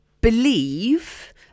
believe